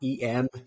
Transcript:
EM